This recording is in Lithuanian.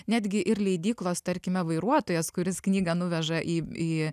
netgi ir leidyklos tarkime vairuotojas kuris knygą nuveža į į